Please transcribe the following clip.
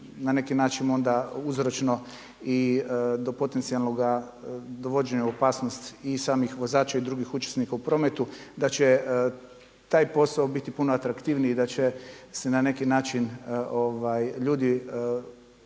na neki način onda uzročno i do potencijalnog dovođenja u opasnost i samih vozača i drugih učesnika u prometu, da će taj posao biti puno atraktivniji i da će se na neki način ljudi